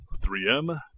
3M